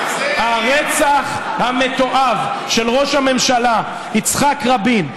הרצח המתועב של ראש הממשלה יצחק רבין,